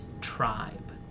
tribe